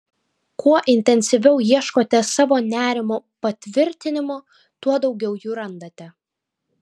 kuo intensyviau ieškote savo nerimo patvirtinimų tuo daugiau jų randate